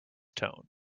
tone